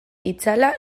itzala